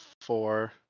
four